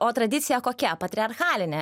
o tradicija kokia patriarchalinė